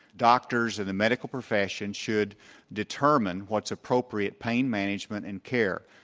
doctors in the medical profession should determine what's appropriate pain management and care.